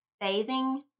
Bathing